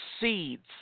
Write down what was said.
seeds